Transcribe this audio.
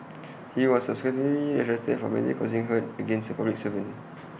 he was subsequently arrested for voluntarily causing hurt against A public servant